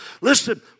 Listen